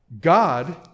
God